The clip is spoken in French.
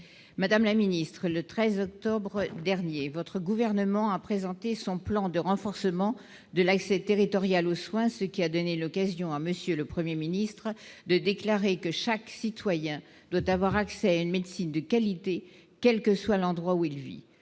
madame la ministre, le 13 octobre dernier, votre gouvernement a présenté son plan de renforcement de l'accès territoriale aux soins, ce qui a donné l'occasion à Monsieur le 1er ministre de déclarer que chaque citoyen d'avoir accès à une médecine de qualité, quel que soit l'endroit où il vit,